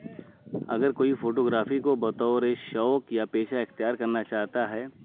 اگر کوئی فوٹوگرافی کو بطور شوق یا پیشہ اختیار کرنا چاہتا ہے